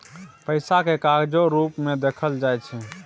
पैसा केँ कागजो रुप मे देखल जाइ छै